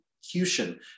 execution